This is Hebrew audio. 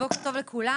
בוקר טוב לכולם,